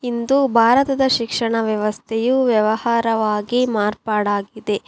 ಇಂದು ಭಾರತದ ಶಿಕ್ಷಣ ವ್ಯವಸ್ಥೆಯು ವ್ಯವಹಾರವಾಗಿ ಮಾರ್ಪಾಡಾಗಿದೆ